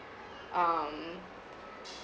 um